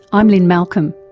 i'm lynne malcolm.